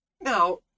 Now